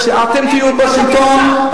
וכשאתם תהיו בשלטון,